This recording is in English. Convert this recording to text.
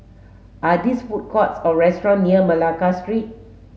are these food court or restaurant near Malacca Street